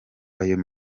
ayo